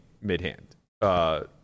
mid-hand